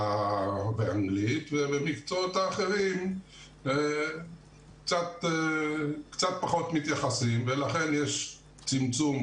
ואנגלית ובמקצועות האחרים קצת פחות מתייחסים ולכן יש צמצום